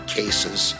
cases